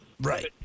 Right